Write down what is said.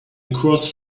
across